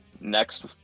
Next